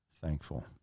thankful